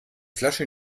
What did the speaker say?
flasche